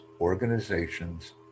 organizations